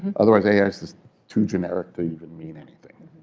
otherwise, ai's just too generic to even mean anything.